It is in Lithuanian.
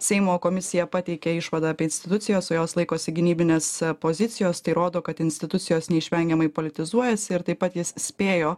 seimo komisija pateikė išvadą apie institucijos o jos laikosi gynybinės pozicijos tai rodo kad institucijos neišvengiamai politizuojasi ir taip pat jis spėjo